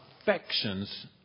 affections